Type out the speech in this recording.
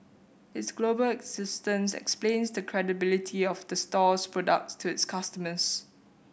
its global existence explains the credibility of the store's products to its customers